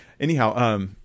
Anyhow